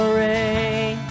rain